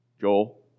Joel